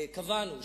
קבענו,